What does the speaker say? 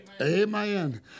amen